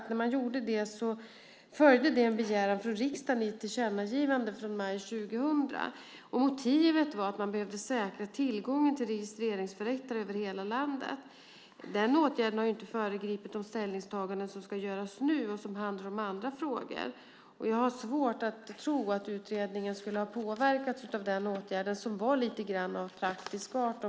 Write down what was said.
När man gjorde det följde det en begäran från riksdagen i ett tillkännagivande från maj 2000. Motivet var att man behövde säkra tillgången till registreringsförrättare över hela landet. Den åtgärden har inte föregripit de ställningstaganden som ska göras nu och som handlar om andra frågor. Jag har svårt att tro att utredningen skulle ha påverkats av den åtgärden, som var lite grann av praktisk art.